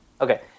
Okay